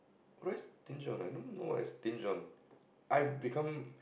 why stinge on I don't know why I stinge on I've become